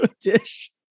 dish